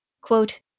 quote